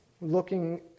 Looking